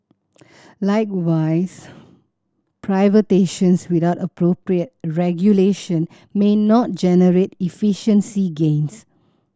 likewise without appropriate regulation may not generate efficiency gains